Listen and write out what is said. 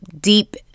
deep